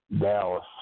Dallas